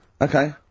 Okay